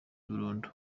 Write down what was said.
burundu